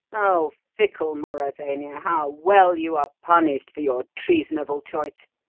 oh, fickle mauravania, how well you are punished for your treasonable choice!